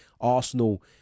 Arsenal